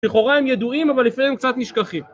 בחוריים ידועים אבל לפעמים הם קצת נשכחים